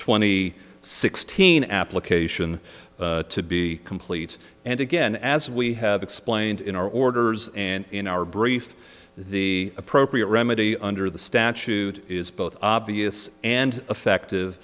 twenty sixth teen application to be complete and again as we have explained in our orders and in our brief the appropriate remedy under the statute is both obvious and effect